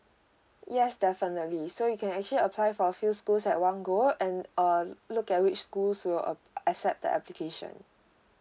yes definitely so you can actually apply for a few schools at one go and err look at which school will uh accept the application